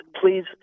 please